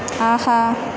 ஆஹா